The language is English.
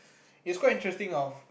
it's quite interesting of